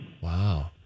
wow